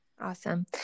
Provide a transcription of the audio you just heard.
Awesome